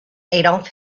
adolf